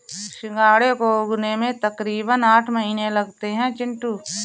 सिंघाड़े को उगने में तकरीबन आठ महीने लगते हैं चिंटू